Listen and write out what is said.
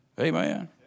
amen